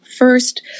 First